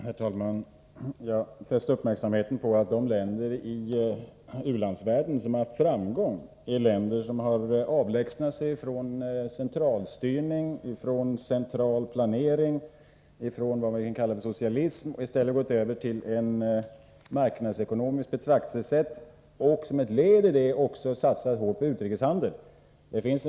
Herr talman! Jag fäste uppmärksamheten på att de länder i u-landsvärlden som har haft framgång är länder som har avlägsnat sig från centralstyrning, centralplanering och socialism och i stället gått över till ett marknadsekonomiskt betraktelsesätt. Såsom ett led i detta har de även satsat hårt på utrikeshandeln.